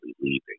leaving